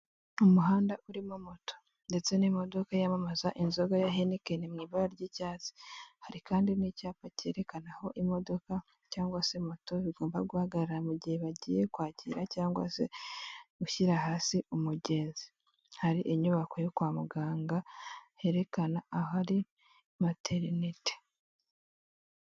Umuhanda urimo moto ndetse n'imodoka yamamaza inzoga ya henikeni mu ibara ry'icyatsi, hari kandi n'icyapa cyerekana aho imodoka cyangwa se moto bigomba guhagarara mu gihe bagiye kwakira cyangwa se gushyira hasi umugenzi, hari inyubako yo kwa muganga herekana ahari materinite.